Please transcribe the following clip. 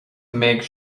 mbeidh